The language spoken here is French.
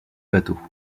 bateau